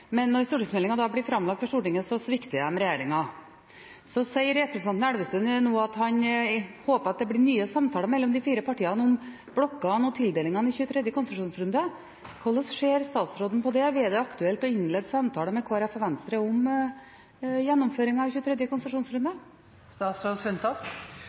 men når stortingsmeldingen blir framlagt for Stortinget, svikter de regjeringen. Så sier representanten Elvestuen nå at han håper det blir nye samtaler mellom de fire partiene om blokkene og tildelingen i 23. konsesjonsrunde. Hvorledes ser statsråden på det? Blir det aktuelt å innlede samtaler med Kristelig Folkeparti og Venstre om gjennomføring av 23. konsesjonsrunde?